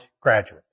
graduate